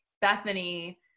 Bethany